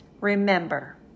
remember